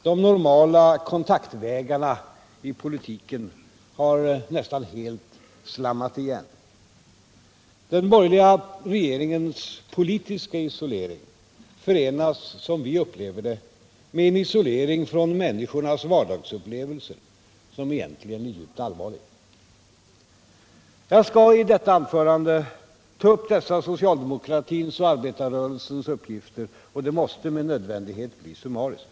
De normala kontaktvägarna i politiken har nästan helt slammat igen. Den borgerliga regeringens politiska isolering förenas, som vi upplever det, med en isolering från människornas vardagsupplevelser, som egentligen är djupt allvarlig. Jag skall i detta anförande ta upp dessa socialdemokratins och arbetarrörelsens uppgifter. Det måste med nödvändighet bli summariskt.